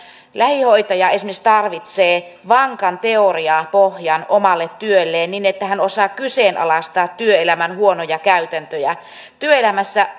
lähihoitaja esimerkiksi tarvitsee vankan teoriapohjan omalle työlleen niin että hän osaa kyseenalaistaa työelämän huonoja käytäntöjä työelämässä